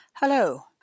Hello